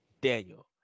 Daniel